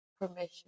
permission